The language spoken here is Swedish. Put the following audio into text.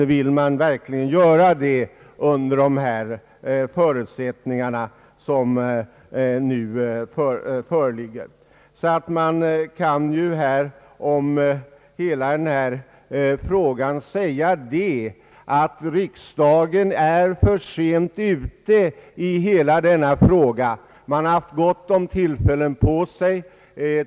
Men vill man verkligen göra det under de förutsättningar som nu föreligger? Slutsatsen är alltså att riksdagen i denna fråga är för sent ute. Man har haft gott om tid.